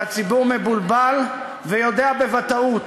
והציבור מבולבל ויודע בוודאות